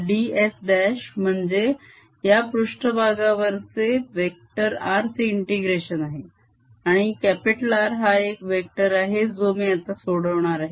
ds' म्हणजे या पृष्ठभागावरचे वेक्टर R चे integration आहे आणि R हा एक वेक्टर आहे जो मी आता सोडवणार आहे